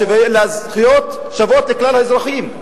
לזכויות שוות לכלל האזרחים,